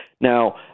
Now